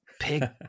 pig